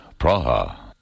Praha